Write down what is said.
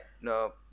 no